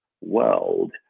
world